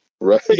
Right